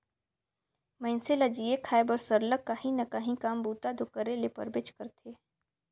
मइनसे ल जीए खाए बर सरलग काहीं ना काहीं काम बूता दो करे ले परबेच करथे